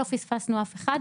לא פספסנו אף אחד,